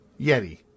Yeti